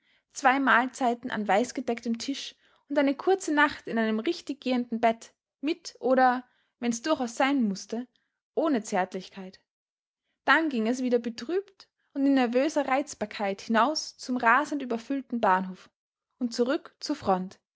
zwei mahlzeiten an weißgedecktem tisch und eine kurze nacht in einem richtiggehenden bett mit oder wenn's durchaus sein mußte ohne zärtlichkeit dann ging es wieder betrübt und in nervöser reizbarkeit hinaus zum rasend überfüllten bahnhof und zurück zur front